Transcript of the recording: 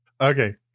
Okay